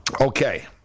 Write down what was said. Okay